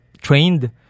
trained